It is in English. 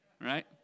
right